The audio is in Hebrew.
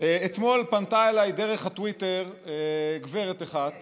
אתמול פנתה אליי דרך הטוויטר גברת אחת